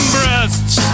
Breasts